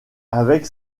avec